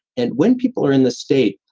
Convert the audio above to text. and when people are in this state,